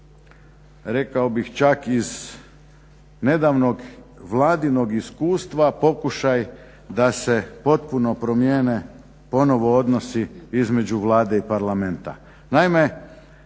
rekao bih čak i iz nedavnog Vladinog iskustva pokušaj da se potpuno promijene ponovno odnosi između Vlade i Parlamenta.